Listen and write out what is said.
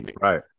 right